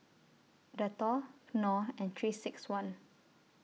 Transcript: Dettol Knorr and three six one